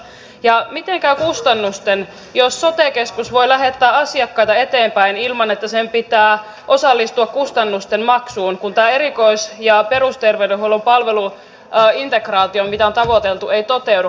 ja miten käy kustannusten jos sote keskus voi lähettää asiakkaita eteenpäin ilman että sen pitää osallistua kustannusten maksuun kun tämä erikois ja perusterveydenhuollon palveluintegraatio mitä on tavoiteltu ei toteudu